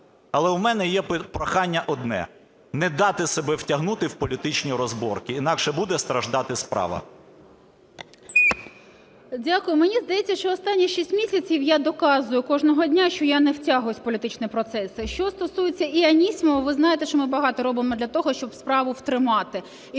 Але у мене є прохання одне: не дати себе втягнути в політичні розборки, інакше буде страждати справа. 11:03:30 ВЕНЕДІКТОВА І.В. Дякую. Мені здається, що останні 6 місяців я доказую кожного дня, що я не втягуюсь в політичні процеси. Що стосується і Анісімова, ви знаєте, що ми багато робимо для того, щоб справу втримати.